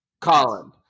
Colin